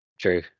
True